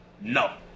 No